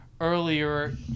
earlier